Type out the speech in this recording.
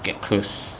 get closed